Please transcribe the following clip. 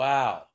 Wow